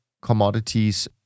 commodities